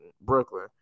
Brooklyn